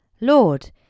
Lord